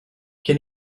can